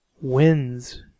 wins